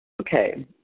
Okay